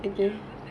ya because like